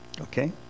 Okay